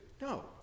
No